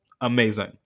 Amazing